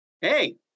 hey